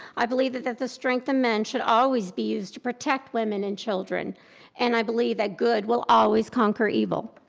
i believe that that the strength in men should always be used to protect women and children and i believe that good will always conquer evil.